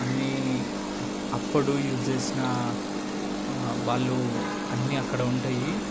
అన్ని అప్పుడు యూస్ చేసిన వాళ్ళు అన్ని అక్కడ ఉంటాయి